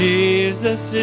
Jesus